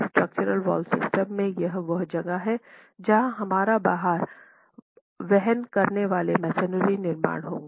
structural wall system में यह वह जगह है जहाँ हमारा भार वहन करने वाले मैसनरी निर्माण होगा